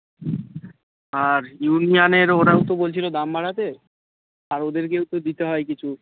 আর ইউনিয়ানের ওরাও তো বলছিলো দাম বাড়াতে তা ওদেরকেও তো দিতে হয় কিছু